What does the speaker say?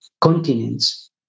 continents